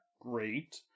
great